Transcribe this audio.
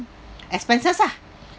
expenses ah